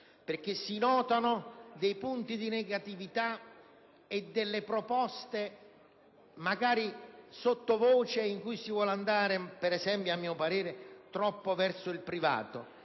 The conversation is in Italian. perché si notano dei punti di negatività e delle proposte, magari sottovoce, in cui si vuole andare a mio parere troppo verso il privato.